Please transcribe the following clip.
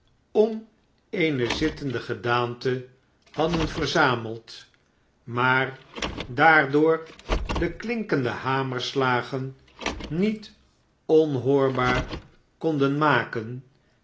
om eene zittende gedaantehadden verzameld maar daardoor de klinkende hamerslagen met onhoorbaar konden maken